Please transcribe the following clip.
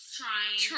trying